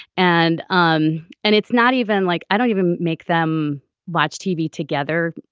and um and it's not even like i don't even make them watch tv together.